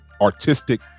artistic